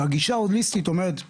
והגישה ההוליסטית אומרת למשל,